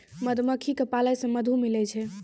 मधुमक्खी क पालै से मधु मिलै छै